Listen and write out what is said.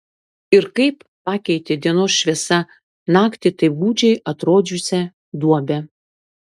ir kaip pakeitė dienos šviesa naktį taip gūdžiai atrodžiusią duobę